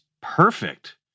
perfect